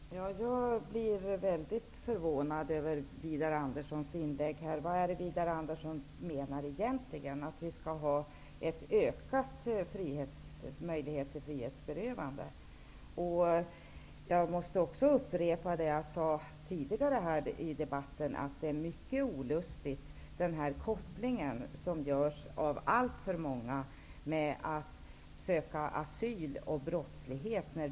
Herr talman! Jag blir väldigt förvånad över Widar Anderssons inlägg. Vad är det Widar Andersson menar egentligen -- att det skall finnas ökade möjligheter till frihetsberövande? Jag måste upprepa det jag sade tidigare i debatten, att det är mycket olustigt med den koppling som görs av alltför många mellan brottslighet och att söka asyl.